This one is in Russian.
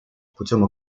путем